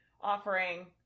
offering